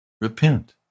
Repent